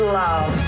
love